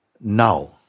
Now